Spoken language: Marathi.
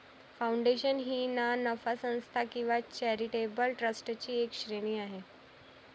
फाउंडेशन ही ना नफा संस्था किंवा चॅरिटेबल ट्रस्टची एक श्रेणी आहे